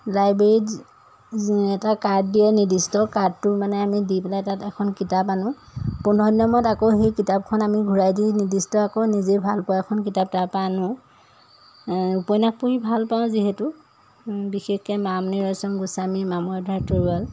লাইব্ৰেৰীত এটা কাৰ্ড দিয়ে নিৰ্দিষ্ট কাৰ্ডটো মানে আমি দি পেলাই তাত এখন কিতাপ আনো পোন্ধৰ দিনৰ মোৰত আকৌ সেই কিতাপখন আমি ঘূৰাই দি নিৰ্দিষ্ট আকৌ নিজে ভাল পোৱা এখন কিতাপ তাৰপা আনো উপন্যাস পঢ়ি ভাল পাওঁ যিহেতু বিশেষকৈ মামনি ৰাইচম গোস্বামী মামৰে ধৰা তৰুৱাল